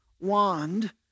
wand